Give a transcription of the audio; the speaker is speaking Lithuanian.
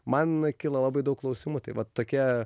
man kyla labai daug klausimų tai va tokie